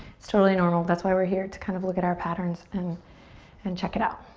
it's totally normal. that's why we're here, to kind of look at our patterns and and check it out.